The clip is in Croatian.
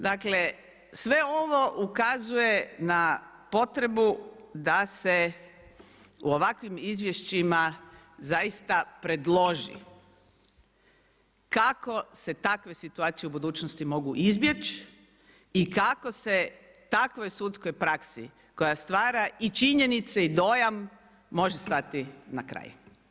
Dakle, sve ovo ukazuje na potrebu da se u ovakvim izvješćima zaista predloži kako se takve situacije u budućnosti mogu izbjeći i kako se u takvoj sudskoj praksi koja stvari i činjenice i dojam može stati na kraj?